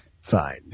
Fine